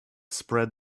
spread